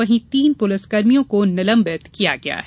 वहीं तीन पुलिस कर्मियों को निलंबित किया गया है